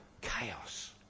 chaos